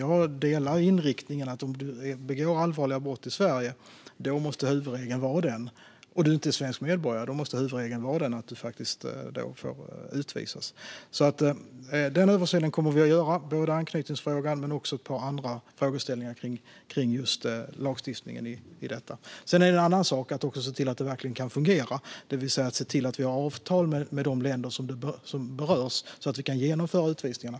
Jag delar uppfattningen att huvudregeln måste vara att den som begår allvarliga brott i Sverige och som inte är svensk medborgare ska utvisas. Vi kommer att göra en översyn av såväl anknytningsfrågan som ett par andra frågeställningar kring lagstiftningen när det gäller detta. Sedan är det en annan sak att också se till att det verkligen kan fungera, det vill säga att se till att vi har avtal med de länder som berörs så att vi kan genomföra utvisningarna.